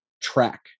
track